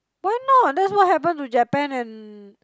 why not that's what happened to Japan and